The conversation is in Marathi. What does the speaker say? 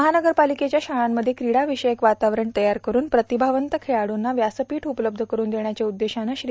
महावगरपालिकेच्या शाळांमध्ये क्रीडा विषयक वातावरण तयार करूव प्रतिभावंत खेळाइंना व्यासपीठ उपलब्ध करून देण्याच्या उदेशानं श्री